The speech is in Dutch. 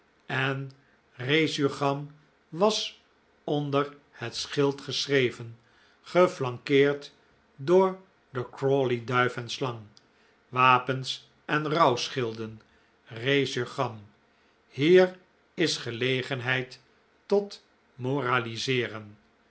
en resurgam was onder het schild geschreven geflankeerd door de crawley duif en slang wapens en rouwschilden resurgam hier is gelegenheid tot moraliseeren